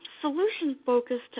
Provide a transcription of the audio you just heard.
solution-focused